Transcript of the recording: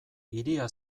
hiria